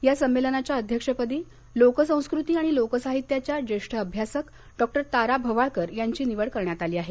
या संमेलनाच्या अध्यक्षपदी लोकसंस्कृती आणि लोकसाहित्याच्या ज्येष्ठ अभ्यासक डॉ तारा भवाळकर यांची निवड करण्यात आली आहे